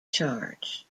charge